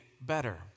better